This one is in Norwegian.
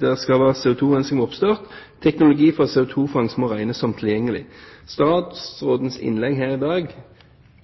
det skal være CO2-rensing ved oppstart, og at teknologi fra CO2-fangst må regnes som tilgjengelig. Statsrådens innlegg her i dag